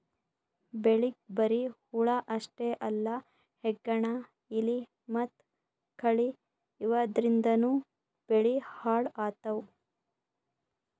ಬೆಳಿಗ್ ಬರಿ ಹುಳ ಅಷ್ಟೇ ಅಲ್ಲ ಹೆಗ್ಗಣ, ಇಲಿ ಮತ್ತ್ ಕಳಿ ಇವದ್ರಿಂದನೂ ಬೆಳಿ ಹಾಳ್ ಆತವ್